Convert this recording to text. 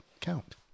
count